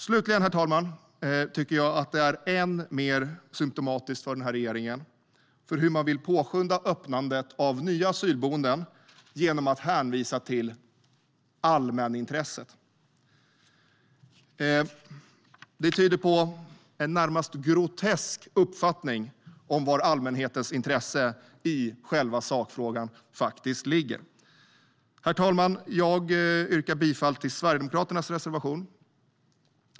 Slutligen tycker jag att det är symtomatiskt för den här regeringen att man vill påskynda öppnandet av nya asylboenden genom att hänvisa till det så kallade allmänintresset. Det tyder på en närmast grotesk uppfattning av var allmänhetens intresse i själva sakfrågan ligger. Herr talman! Jag yrkar bifall till Sverigedemokraternas reservation.